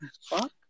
fuck